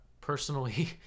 personally